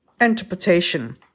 interpretation